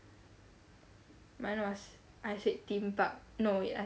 mine was I said theme park no wait I